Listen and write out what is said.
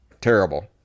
Terrible